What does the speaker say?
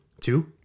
Two